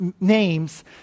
names